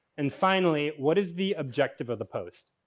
and finally, what is the objective of the post?